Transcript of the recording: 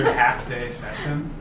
half day session.